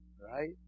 Right